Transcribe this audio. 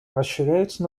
расширяются